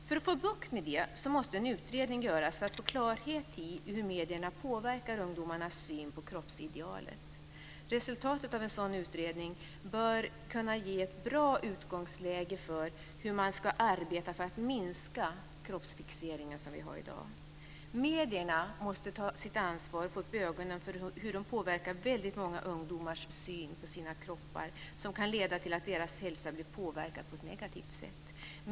För att man ska få bukt med det måste en utredning göras så att man får klarhet i hur medierna påverkar ungdomarnas syn på kroppsidealet. Resultatet av en sådan utredning bör kunna vara ett bra utgångsläge för hur man ska arbeta för att minska den kroppsfixering som vi har i dag. Medierna måste ta sitt ansvar och få upp ögonen för hur de påverkar väldigt många ungdomars syn på sina kroppar, som kan leda till att deras hälsa blir påverkad på ett negativt sätt.